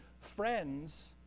friends